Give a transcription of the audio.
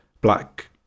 black